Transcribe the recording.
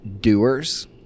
doers